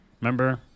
Remember